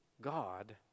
God